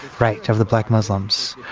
right, of the black muslims.